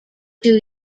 two